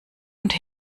und